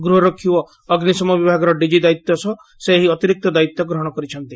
ଗୃହରକ୍ଷୀ ଓ ଅଗ୍ନିଶମ ବିଭାଗର ଡିକି ଦାୟିତ୍ୱ ସହ ସେ ଏହି ଅତିରିକ୍ତ ଦାୟିତ୍ ଗ୍ରହଶ କରିଛନ୍ତି